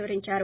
వివరించారు